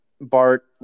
Bart